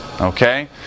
okay